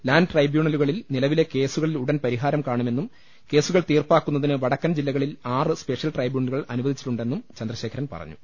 land ട്രൈബ്യൂ ണലുകളിൽ നിലവിലെ കേസുകളിൽ ഉടൻ പരിഹാരം കാണു മെന്നും കേസുകൾ തീർപ്പാക്കുന്നതിന് വടക്കൻ ജില്ലകളിൽ ആറ് സ്പെഷ്യൽ ട്രൈബ്യൂണലുകൾ അനുവദിച്ചിട്ടുണ്ടെന്നും ചന്ദ്രശേഖരൻ പറഞ്ഞു